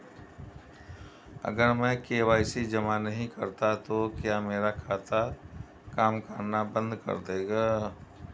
अगर मैं के.वाई.सी जमा नहीं करता तो क्या मेरा खाता काम करना बंद कर देगा?